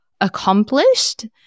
accomplished